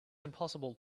impossible